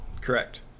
Correct